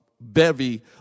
bevy